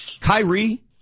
Kyrie